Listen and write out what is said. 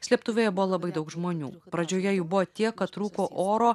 slėptuvėje buvo labai daug žmonių pradžioje jų buvo tiek kad trūko oro